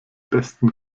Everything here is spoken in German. besten